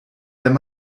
wenn